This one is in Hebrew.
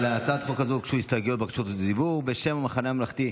להצעת החוק הזאת הוגשו הסתייגויות ובקשות דיבור בשם המחנה הממלכתי.